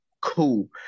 cool